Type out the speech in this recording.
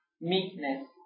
meekness